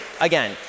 Again